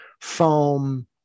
foam